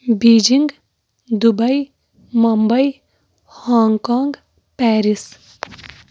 Beijing Dubai Mumbai hong king Paris